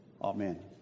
Amen